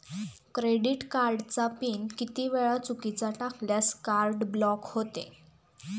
Credit कार्डचा PIN किती वेळा चुकीचा टाकल्यास कार्ड ब्लॉक होते?